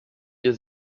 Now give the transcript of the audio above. ihr